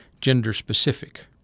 gender-specific